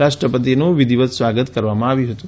રાષ્ટ્રપતિનું વિધિવત સ્વાગત કરવામાં આવ્યું હતું